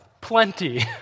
plenty